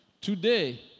Today